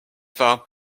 formes